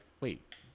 wait